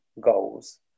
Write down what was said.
goals